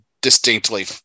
distinctly